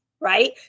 Right